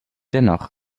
dennoch